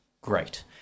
great